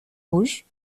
rouge